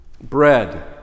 bread